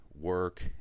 work